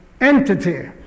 entity